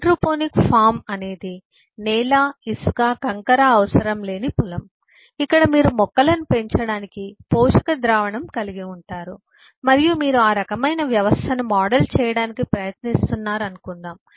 hydroponic farm అనేది నేల ఇసుక కంకర అవసరం లేని పొలం ఇక్కడ మీరు మొక్కలను పెంచడానికి పోషక ద్రావణము కలిగి ఉంటారు మరియు మీరు ఆ రకమైన వ్యవస్థను మోడల్ చేయడానికి ప్రయత్నిస్తున్నారు అనుకుందాం